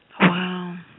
Wow